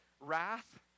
wrath